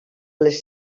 les